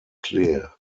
clear